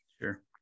Sure